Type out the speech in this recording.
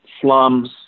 slums